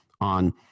on